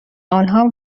آنها